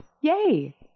Yay